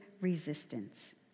resistance